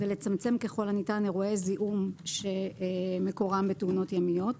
ולצמצם ככל הניתן אירועי זיהום שמקורם בתאונות ימיות.